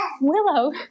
Willow